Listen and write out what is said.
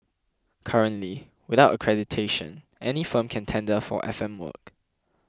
currently without accreditation any firm can tender for F M work